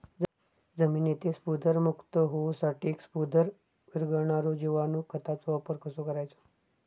जमिनीतील स्फुदरमुक्त होऊसाठीक स्फुदर वीरघळनारो जिवाणू खताचो वापर कसो करायचो?